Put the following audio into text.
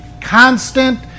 constant